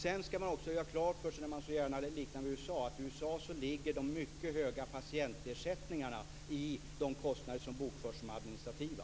Sedan skall man också ha klart för sig, när man så gärna gör liknelser med USA, att i USA ligger de mycket höga patientersättningarna i de kostnader som bokförs som administrativa.